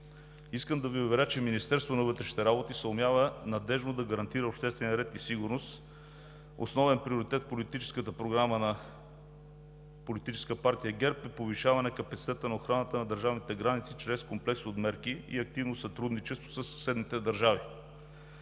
Искам да Ви уверя, че Министерството на вътрешните работи съумява надеждно да гарантира обществения ред и сигурност – основен приоритет в политическата програма на Политическа партия ГЕРБ, и повишаване капацитета на охраната на държавните граници чрез комплекс от мерки и активно сътрудничество със съседните държави.